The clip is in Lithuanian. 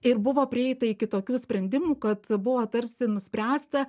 ir buvo prieita iki tokių sprendimų kad buvo tarsi nuspręsta